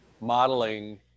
modeling